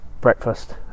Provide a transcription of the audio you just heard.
breakfast